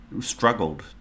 struggled